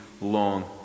long